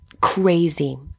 crazy